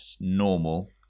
normal